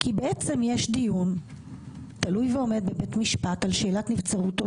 בעצם יש דיון תלוי ועומד בבית משפט על שאלת נבצרותו